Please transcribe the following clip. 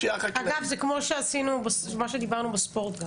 אגב, זה כמו מה שדיברנו בספורט גם.